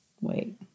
Wait